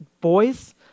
boys